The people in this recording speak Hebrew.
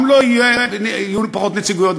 גם יהיו פחות נציגויות,